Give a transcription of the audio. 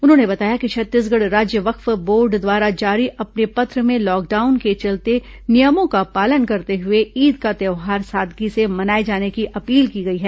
उन्होंने बताया कि छत्तीसगढ़ राज्य वक्फ बोर्ड द्वारा जारी अपने पत्र में लॉकडाउन के चलते नियमों का पालन करते हुए ईद का त्यौहार सादगी से मनाए जाने की अपील की गई है